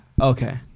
okay